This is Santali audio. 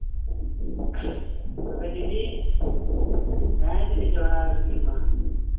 ᱛᱚᱵᱮ ᱫᱤᱫᱤ ᱦᱮᱸ ᱫᱤᱫᱤ ᱡᱚᱦᱟᱨ ᱜᱮ ᱢᱟ